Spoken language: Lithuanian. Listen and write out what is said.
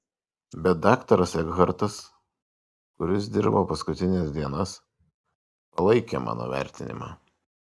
bet daktaras ekhartas kuris dirbo paskutines dienas palaikė mano vertinimą